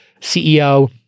CEO